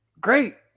great